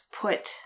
put